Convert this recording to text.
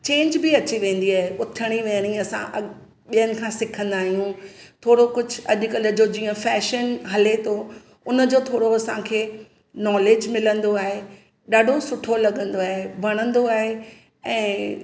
change बि अची वेंदी आहे उथिणी विहिणी सां ॿियनि खां सिखंदा आहियूं थोरो कुझु अॼुकल्ह जो जीअं फैशन हले थो हुनजो थोरो असांखे नॉलेज मिलंदो आहे ॾाढो सुठो लॻंदो आहे वणंदो आहे ऐं